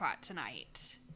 tonight